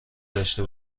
داشته